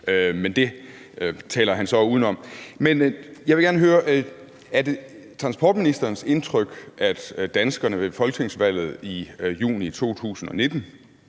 men det taler han så uden om. Jeg vil gerne høre, om det er transportministerens indtryk, at danskerne ved folketingsvalget i juni 2019